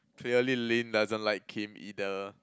clearly Lynn doesn't like Kim either